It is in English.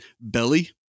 belly